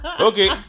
Okay